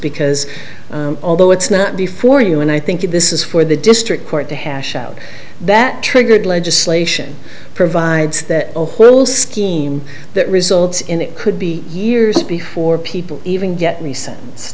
because although it's not before you and i think if this is for the district court to hash out that triggered legislation provides that a whole scheme that results in it could be years before people even get me sen